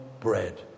bread